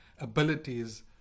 abilities